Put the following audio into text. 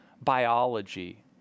biology